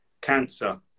cancer